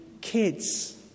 kids